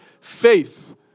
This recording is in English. Faith